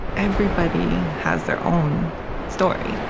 everybody has their own story.